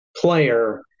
player